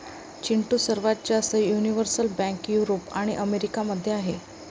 चिंटू, सर्वात जास्त universal bank Europe आणि अमेरिका मध्ये आहेत